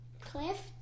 cliff